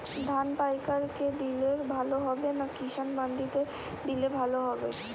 ধান পাইকার কে দিলে ভালো হবে না কিষান মন্ডিতে দিলে ভালো হবে?